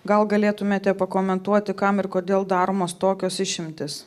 gal galėtumėte pakomentuoti kam ir kodėl daromos tokios išimtys